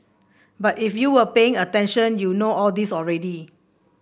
but if you were paying attention you know all this already